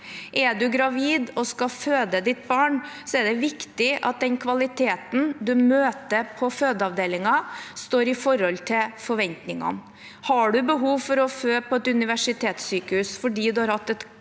Er man gravid og skal føde sitt barn, er det viktig at kvaliteten man møter på fødeavdelingen, står i forhold til forventningene. Har man behov for å føde på et universitetssykehus fordi man har hatt et